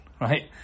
right